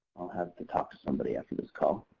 i'll have to talk to somebody after this call.